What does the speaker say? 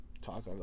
talk